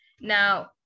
Now